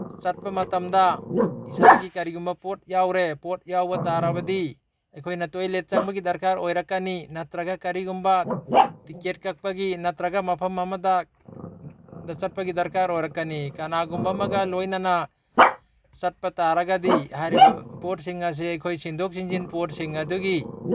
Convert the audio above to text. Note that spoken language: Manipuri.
ꯆꯠꯄ ꯃꯇꯝꯗ ꯏꯁꯥꯒꯤ ꯀꯔꯤꯒꯨꯝꯕ ꯄꯣꯠ ꯌꯥꯎꯔꯦ ꯄꯣꯠ ꯌꯥꯎꯕ ꯇꯥꯔꯕꯗꯤ ꯑꯩꯈꯣꯏꯅ ꯇꯣꯏꯂꯦꯠ ꯆꯪꯕꯒꯤ ꯗꯔꯀꯥꯔ ꯑꯣꯏꯔꯛꯀꯅꯤ ꯅꯠꯇ꯭ꯔꯒ ꯀꯔꯤꯒꯨꯝꯕ ꯇꯤꯀꯦꯠ ꯀꯛꯄꯒꯤ ꯅꯠꯇ꯭ꯔꯒ ꯃꯐꯝ ꯑꯃꯗ ꯗ ꯆꯠꯄꯒꯤ ꯗꯔꯀꯥꯔ ꯑꯣꯏꯔꯛꯀꯅꯤ ꯀꯅꯥꯒꯨꯝꯕ ꯑꯃꯒ ꯂꯣꯏꯅꯅ ꯆꯠꯄ ꯇꯥꯔꯒꯗꯤ ꯍꯥꯏꯔꯤꯕ ꯄꯣꯠꯁꯤꯡ ꯑꯁꯤ ꯑꯩꯈꯣꯏ ꯁꯤꯟꯗꯣꯛ ꯁꯤꯟꯖꯤꯟ ꯄꯣꯠꯁꯤꯡ ꯑꯗꯨꯒꯤ